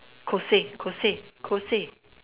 Kose Kose Kose